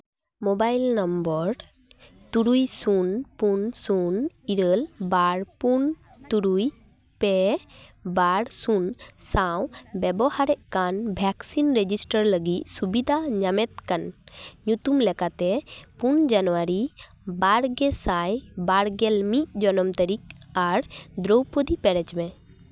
mobile number ᱛᱩᱨᱩᱭ ᱥᱩᱱ ᱥᱩᱱ ᱵᱟᱨ ᱯᱩᱱ ᱛᱩᱨᱩᱭ ᱯᱮ ᱵᱟᱨ ᱥᱩᱱ ᱥᱟᱶ ᱵᱮᱵᱚᱦᱟᱨᱮᱜ ᱠᱟᱱ ᱵᱷᱮᱠᱥᱤᱱ ᱨᱮᱡᱤᱥᱴᱟᱨ ᱞᱟᱹᱜᱤᱫ ᱥᱩᱵᱤᱫᱷᱟ ᱧᱟᱢᱮᱫ ᱠᱟᱱ ᱧᱩᱛᱩᱢ ᱞᱮᱠᱟᱛᱮ ᱯᱩᱱ ᱡᱟᱱᱩᱣᱟᱨᱤ ᱵᱟᱨᱜᱮᱥᱟᱭ ᱵᱟᱨᱜᱮᱞ ᱢᱤᱫ ᱡᱚᱱᱚᱢ ᱛᱟᱹᱨᱤᱠᱷ ᱟᱨ ᱫᱨᱳᱯᱚᱫᱤ ᱯᱮᱨᱮᱡᱽ ᱢᱮ